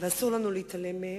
בה ואסור לנו להתעלם מהם.